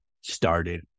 started